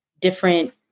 different